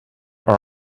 are